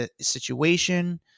situation